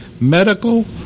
medical